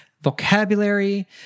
vocabulary